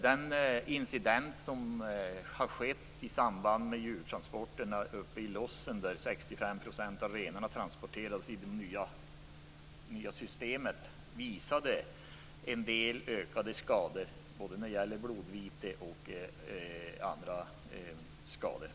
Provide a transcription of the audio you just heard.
Den incident som inträffade i samband med djurtransporterna i Lossen då 65 % av de renar som transporterades enligt det nya systemet visade ökade skador vad gäller blodvite men även andra skador.